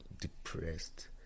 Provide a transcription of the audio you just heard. depressed